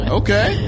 okay